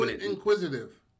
inquisitive